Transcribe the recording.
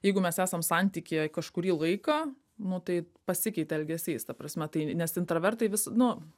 jeigu mes esam santykyje kažkurį laiką nu tai pasikeitė elgesys ta prasme tai nes intravertai vis nu